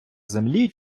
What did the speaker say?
землі